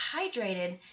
hydrated